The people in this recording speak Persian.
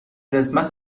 قسمت